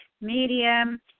Medium